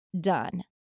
done